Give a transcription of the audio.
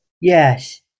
Yes